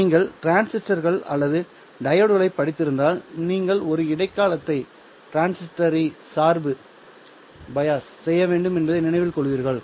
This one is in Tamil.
நீங்கள் டிரான்சிஸ்டர்கள் அல்லது டையோட்களைப் படித்திருந்தால் நீங்கள் ஒரு இடைக்காலத்தை சார்பு செய்ய வேண்டும் என்பதை நினைவில் கொள்வீர்கள்